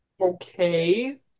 Okay